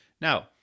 Now